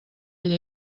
ell